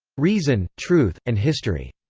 reason, truth, and history.